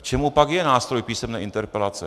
K čemu pak je nástroj písemné interpelace?